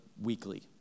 weekly